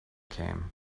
came